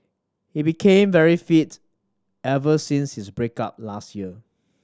he became very fit ever since his break up last year